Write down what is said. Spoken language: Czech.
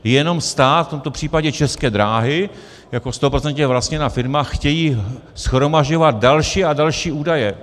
Jenom stát, v tomto případě České dráhy jako stoprocentně vlastněná firma chtějí shromažďovat další a další údaje.